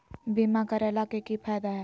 बीमा करैला के की फायदा है?